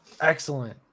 Excellent